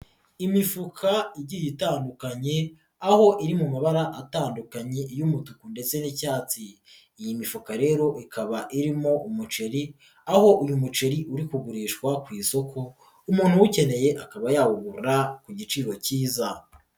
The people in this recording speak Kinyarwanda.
Imifuka igiye itandukanye aho iri mu mabara atandukanye y'umutuku ndetse n'icyatsi, iyi mifuka rero ikaba irimo umuceri, aho uyu muceri uri kugurishwa ku isoko umuntu uwukeneye akaba yawugura ku giciro cyiza.